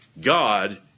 God